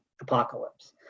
apocalypse